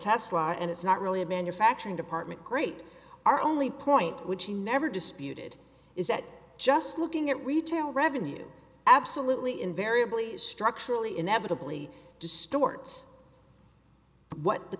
tesla and it's not really a manufacturing department great are only point which he never disputed is that just looking at retail revenues absolutely invariably is structurally inevitably distorts what the